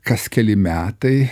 kas keli metai